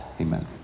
Amen